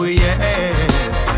yes